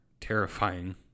terrifying